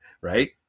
right